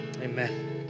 amen